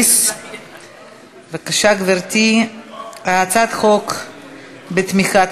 הרווחה והבריאות להכנה לקריאה